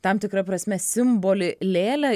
tam tikra prasme simbolį lėlę